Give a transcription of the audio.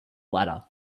latter